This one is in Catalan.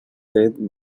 fet